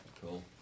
Cool